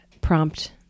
prompt